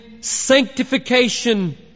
sanctification